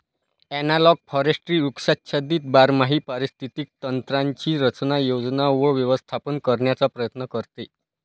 analogue forestry वृक्षाच्छादित बारमाही पारिस्थितिक तंत्रांची रचना, योजना व व्यवस्थापन करण्याचा प्रयत्न करते